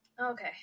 Okay